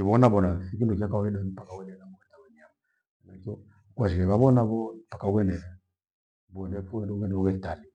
ivona vana thikindo cha kawaida mpka uende mbugha ta wanyama. Henachio kuwashika na kuwavona pho mpaka uende bonde kuu uende ule talii.